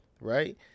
right